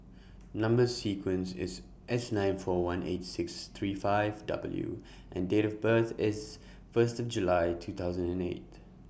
Number sequence IS S nine four one eight six three five W and Date of birth IS First July two thousand and eight